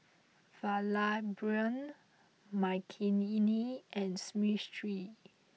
Vallabhbhai Makineni and Smriti